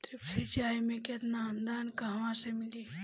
Drip सिंचाई मे केतना अनुदान कहवा से मिली?